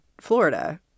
Florida